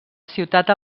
ciutat